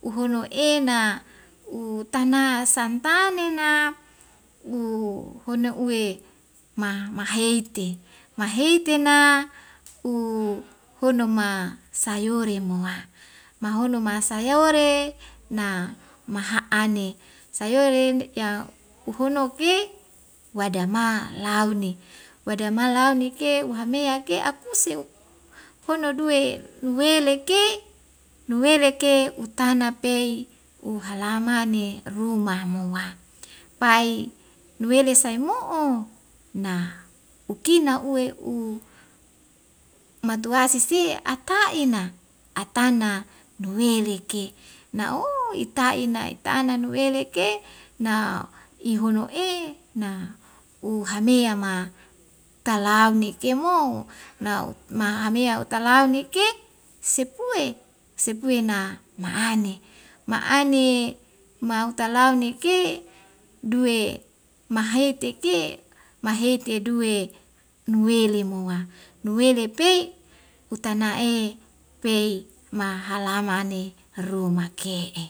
uhunu ena utana santane nena u hono uwe ma maheite mahaeite na u hono ma sayore ma mahono ma sayore na maha ane sayore yau uhonoke wadama launi wadama launi ke uhamea ke akuse hono duwe uweleke nuweleke utana pei uhalamane ruma moa pai nuwele sai mo'o ma ukina uwe u matuwasi se aka'ena atana nuweleke na ooo ita'ina itana nuweleke na ihono e na uhamea ma talauni nike mo na'u ma'amea utalaunike sepue sepue na ma'ane ma'ane mau utalau neke duwe maheteke mahete duwe nuwele mua nuwele pei utana e pei mahalamane ruma ke'e